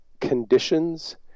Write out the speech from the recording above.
conditions